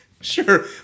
Sure